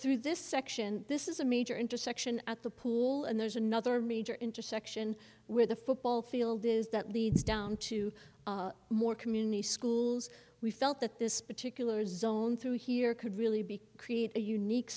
through this section this is a major intersection at the pool and there's another major intersection with a football field is that leads down to more community schools we felt that this particular zone through here could really be create a unique